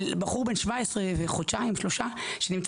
על בחור בן 17 וחודשיים שלושה שנמצא